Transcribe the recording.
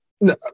no